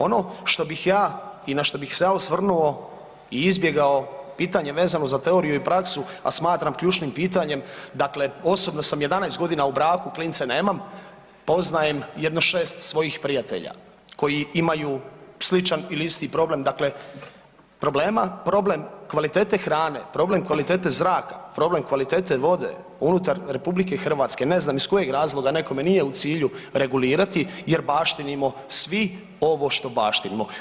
Ono na što bih se ja osvrnuo i izbjegao pitanje vezano za teoriju i praksu, a smatram ključnim pitanjem dakle osobno sam 11 godina u braku, klince nemam, poznajem jedno šest svojih prijatelja koji imaju sličan ili isti problem, dakle problem kvalitete hrane, problem kvalitete zraka, problem kvalitete vode unutar RH ne znam iz kojeg razloga nekome nije u cilju regulirati jer baštinimo svi ovo što baštinimo.